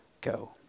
go